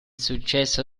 successo